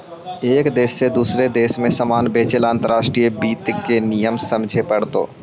एक देश से दूसरे देश में सामान बेचे ला अंतर्राष्ट्रीय वित्त के नियम समझे पड़तो